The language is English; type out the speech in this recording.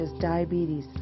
diabetes